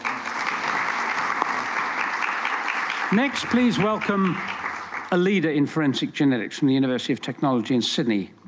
um next please welcome a leader in forensic genetics from the university of technology in sydney.